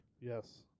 Yes